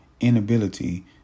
inability